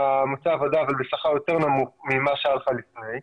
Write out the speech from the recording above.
מוצא עבודה בשכר יותר נמוך ממה שהיה לך לפני,